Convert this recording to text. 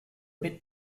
bit